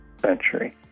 century